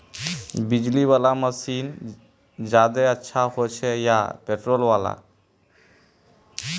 बिजली वाला मशीन ज्यादा अच्छा होचे या पेट्रोल वाला?